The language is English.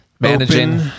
Managing